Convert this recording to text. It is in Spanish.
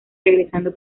regresando